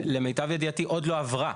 שלמיטב ידיעתי עוד לא עברה.